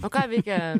o ką veikia